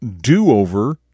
do-over